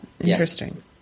interesting